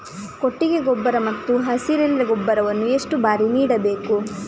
ಕೊಟ್ಟಿಗೆ ಗೊಬ್ಬರ ಮತ್ತು ಹಸಿರೆಲೆ ಗೊಬ್ಬರವನ್ನು ಎಷ್ಟು ಬಾರಿ ನೀಡಬೇಕು?